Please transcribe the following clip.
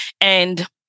And-